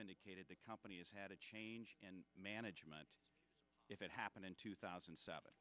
indicated the company has had a change in management if it happened in two thousand